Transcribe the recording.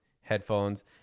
headphones